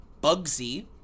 Bugsy